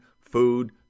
food